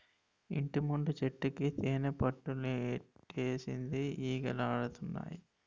ఇంటిముందు చెట్టుకి తేనిపట్టులెట్టేసింది ఈగలాడతన్నాయి